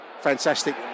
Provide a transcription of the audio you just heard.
fantastic